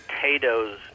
potatoes